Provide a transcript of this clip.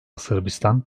sırbistan